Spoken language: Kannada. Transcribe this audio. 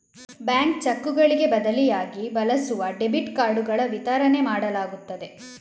ಬ್ಯಾಂಕ್ ಚೆಕ್ಕುಗಳಿಗೆ ಬದಲಿಯಾಗಿ ಬಳಸಲು ಡೆಬಿಟ್ ಕಾರ್ಡುಗಳ ವಿತರಣೆ ಮಾಡಲಾಗುತ್ತದೆ